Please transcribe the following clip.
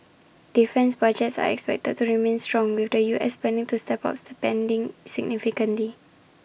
defence budgets are expected to remain strong with the U S planning to step up spending significantly